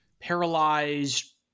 paralyzed